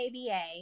ABA